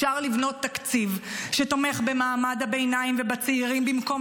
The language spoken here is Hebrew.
אפשר לבנות תקציב שתומך במעמד הביניים ובצעירים במקום